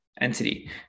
entity